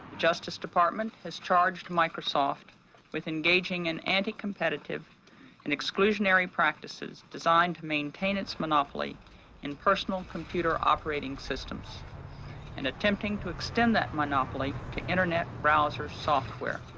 justice department has charged microsoft with engaging an anti-competitive and exclusionary practises designed to maintain its monopoly in personal computer operating systems and attempting to extend that monopoly to internet browser software.